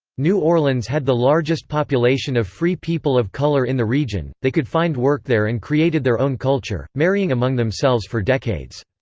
new orleans had the largest population of free people of color in the region they could find work there and created their own culture, marrying among themselves for decades.